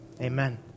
Amen